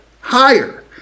higher